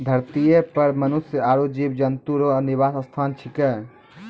धरतीये पर मनुष्य आरु जीव जन्तु रो निवास स्थान छिकै